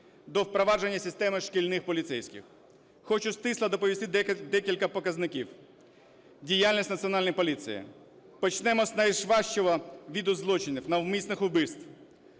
до впровадження системи "шкільних поліцейських". Хочу стисло доповісти декілька показників. Діяльність Національної поліції. Почнемо з найважчого виду злочину – навмисних вбивств.